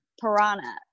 Piranha